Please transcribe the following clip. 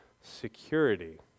security